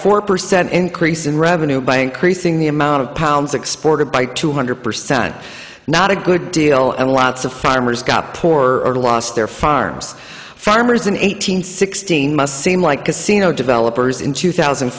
four percent increase in revenue by increasing the amount of pounds exported by two hundred percent not a good deal and lots of farmers got poorer lost their farms farmers an eight hundred sixteen must seem like casino developers in two thousand